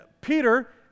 Peter